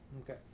okay